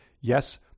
Yes